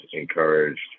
encouraged